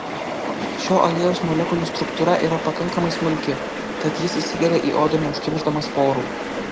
šio aliejaus molekulių struktūra yra pakankamai smulki tad jis įsigeria į odą neužkimšdamas porų